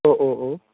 ഓ ഒഹ് ഓ